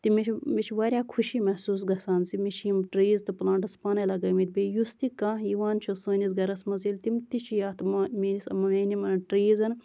تہِ مےٚ چھُ مےٚ چھُ واریاہ خُشی محصوٗس گژھان زِ مےٚ چھِ یِم ٹریٖز تہٕ پٔلانٹٔس پانَے لگٲومٕتۍ بیٚیہِ یُس تہِ کانہہ یِوان چھُ سٲنِس گرَس منٛز ییٚلہِ تِم تہِ چھِ یَتھ میٲنِس میٲنۍ یِمن ٹریٖزَن